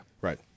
Right